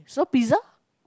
saw pizza